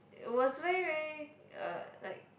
it was very very uh like